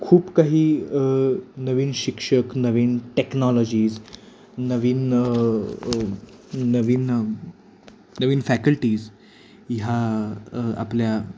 खूप काही नवीन शिक्षक नवीन टेक्नॉलॉजीज नवीन नवीन नवीन फॅकल्टीज ह्या आपल्या